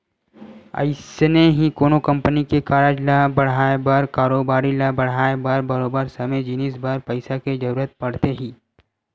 अइसने ही कोनो कंपनी के कारज ल बड़हाय बर कारोबारी ल बड़हाय बर बरोबर सबे जिनिस बर पइसा के जरुरत पड़थे ही